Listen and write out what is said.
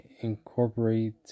incorporate